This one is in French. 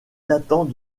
datant